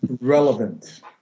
relevant